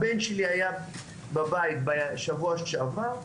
הבן שלי היה בבית בשבוע שעבר.